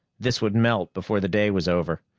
this would melt before the day was over.